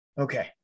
Okay